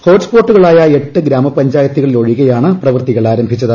ഹോട്ട്സ്പോട്ടുകളായ എട്ട് ഗ്രാപഞ്ചായിത്തുകളിലൊഴികെയാണ് പ്രവൃത്തികൾ ആരംഭിച്ചത്